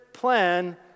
plan